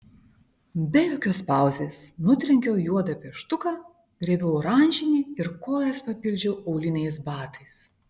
be jokios pauzės nutrenkiau juodą pieštuką griebiau oranžinį ir kojas papildžiau auliniais batais